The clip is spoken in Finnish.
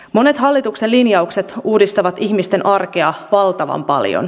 monet hallituksen linjaukset uudistavat ihmisten arkea valtavan paljon